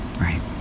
right